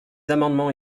amendements